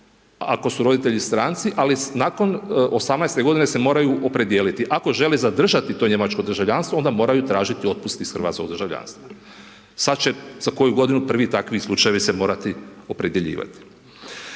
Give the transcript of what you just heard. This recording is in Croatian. ako su roditelji sastanci, ali nakon 18 g. se moraju opredijeliti. Ako žele zadržati to njemačko državljanstvo, onda moraju tražiti otpust iz hrvatskog državljanstva, sada će za koju godinu prvi takvi slučajevi se morati opredjeljivati.